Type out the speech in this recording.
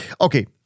Okay